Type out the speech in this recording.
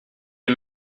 les